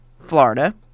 Florida